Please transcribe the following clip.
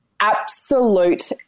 absolute